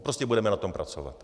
Prostě budeme na tom pracovat.